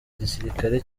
igisirikare